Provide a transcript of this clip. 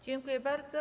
Dziękuję bardzo.